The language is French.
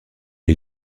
est